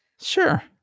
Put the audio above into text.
Sure